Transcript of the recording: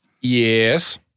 Yes